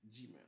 Gmail